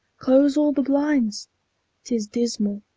close all the blinds t is dismal,